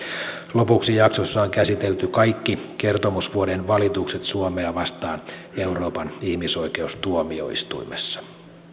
lopuksi jaksossa on käsitelty kaikki kertomusvuoden valitukset suomea vastaan euroopan ihmisoikeustuomioistuimessa